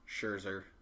Scherzer